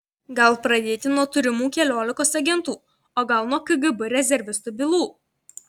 gal pradėti nuo turimų keliolikos agentų o gal nuo kgb rezervistų bylų